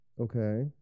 Okay